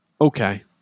Okay